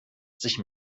sich